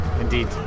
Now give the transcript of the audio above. Indeed